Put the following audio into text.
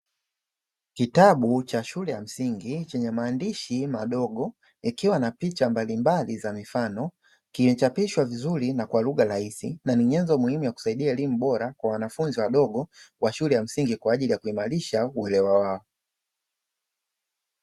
Kitabu cha shule ya msingi chenye maandishi madogo ikiwa na picha mbalimbali za mifano, kimechapishwa vizuri na kwa lugha rahisi, na ni nyenzo muhimu ya kusaidia elimu bora kwa wanafunzi wadogo wa shule ya msingi kwaajili ya kuimarisha uelewa wao.